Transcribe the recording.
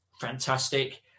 fantastic